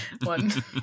one